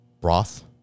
broth